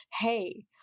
Hey